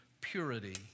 purity